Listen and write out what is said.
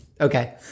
Okay